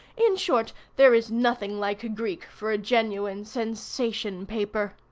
in short, there is nothing like greek for a genuine sensation-paper.